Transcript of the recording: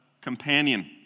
companion